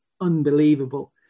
unbelievable